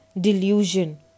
delusion